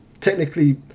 technically